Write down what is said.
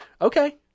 okay